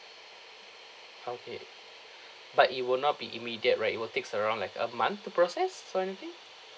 okay but it will not be immediate right it will takes around like a month to process or anything